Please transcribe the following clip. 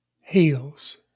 heals